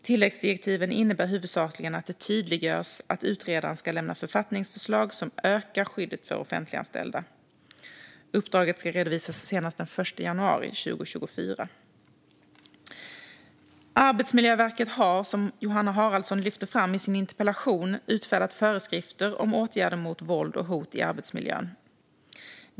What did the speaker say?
Tilläggsdirektiven innebär huvudsakligen att det tydliggörs att utredaren ska lämna författningsförslag som ökar skyddet för offentliganställda. Uppdraget ska redovisas senast den 1 januari 2024. Arbetsmiljöverket har, som Johanna Haraldsson lyfter fram i sin interpellation, utfärdat föreskrifter om åtgärder mot våld och hot i arbetsmiljön .